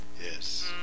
Yes